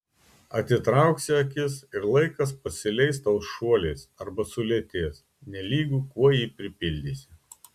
atitrauksi akis ir laikas pasileis tau šuoliais arba sulėtės nelygu kuo jį pripildysi